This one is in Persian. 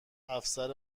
افسر